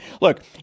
Look